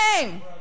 name